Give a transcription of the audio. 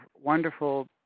wonderful